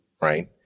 right